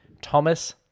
Thomas